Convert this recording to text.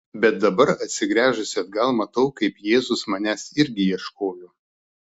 bet dabar atsigręžusi atgal matau kaip jėzus manęs irgi ieškojo